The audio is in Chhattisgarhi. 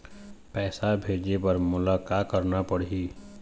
पैसा भेजे बर मोला का करना पड़ही?